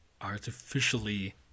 artificially